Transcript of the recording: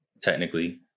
Technically